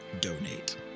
donate